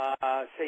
say